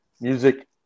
music